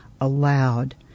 aloud